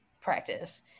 practice